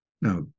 now